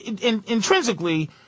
intrinsically